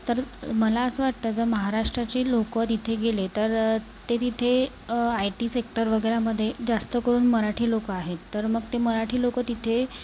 तर मला असं वाटतं जर महाराष्ट्राचे लोक तिथे गेले तर ते तिथे आय टी सेक्टर वगैरेमध्ये जास्त करून मराठी लोक आहेत तर मग ते मराठी लोक तिथे